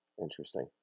Interesting